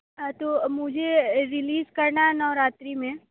हाँ तो मुझे रिलीज़ करना नवरात्रि में